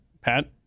Pat